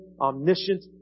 omniscient